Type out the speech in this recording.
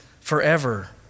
forever